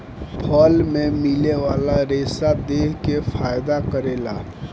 फल मे मिले वाला रेसा देह के फायदा करेला